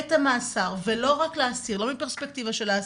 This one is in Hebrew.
בעת המאסר ולא רק לאסיר, לא מפרספקטיבה של האסיר,